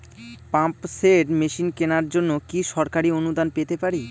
Pump set machine কেনার জন্য কি সরকারি অনুদান পেতে পারি?